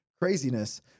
craziness